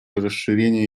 расширение